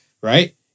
Right